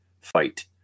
fight